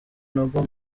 nobel